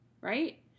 Right